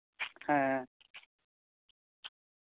ᱦᱮᱸ